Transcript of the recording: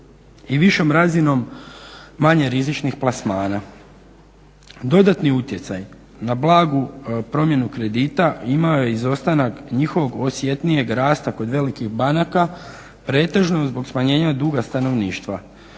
i višom razinom manje rizičnih plasmana. Dodatni utjecaj na blagu promjenu kredita imao je izostanak njihovog osjetnijeg rasta kod velikih banaka pretežno zbog smanjenja duga stanovništva.